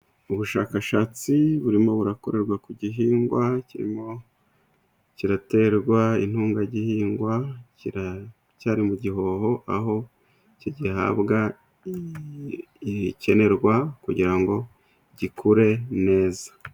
Ubushakashatsi burimo burakorerwa ku gihingwa, kirimo kiraterwa intungagihingwa. Kiracyari mu gihoho, aho kigihabwa ibikenerwa kugira ngo gikure neza.